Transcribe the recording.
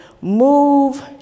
move